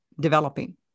developing